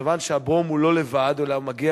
מכיוון שהברום הוא לא לבד אלא הוא מגיע